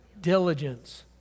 diligence